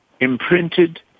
Imprinted